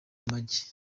amagi